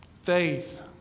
faith